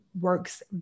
works